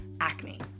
acne